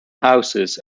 houses